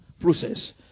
process